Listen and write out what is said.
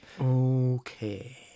Okay